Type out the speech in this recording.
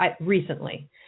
Recently